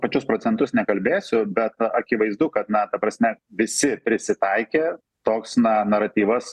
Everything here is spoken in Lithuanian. pačius procentus nekalbėsiu bet akivaizdu kad na ta prasme visi prisitaikė toks na naratyvas